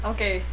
Okay